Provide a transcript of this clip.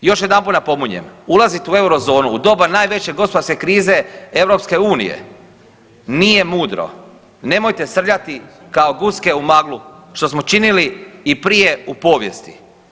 Još jedanput napominjem ulaziti u Eurozonu u doba najveće gospodarske krize EU nije mudro, nemojte srljati kao guske u maglu što smo činili i prije u povijesti.